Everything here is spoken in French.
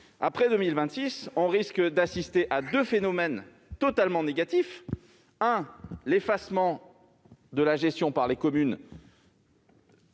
Après 2026, on risque d'assister à deux phénomènes négatifs : l'effacement de la gestion par les communes